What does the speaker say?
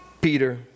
Peter